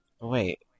Wait